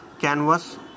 canvas